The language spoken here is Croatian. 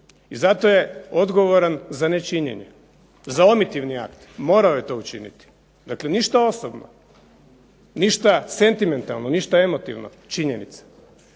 i zato je odgovoran za nečinjenje, za ... morao je to učiniti, dakle ništa osobno. Ništa sentimentalno, ništa emotivno, činjenice.